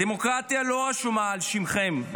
הדמוקרטיה לא רשומה על שמכם,